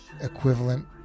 equivalent